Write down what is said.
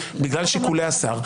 בגלל שיקולי השר,